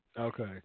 Okay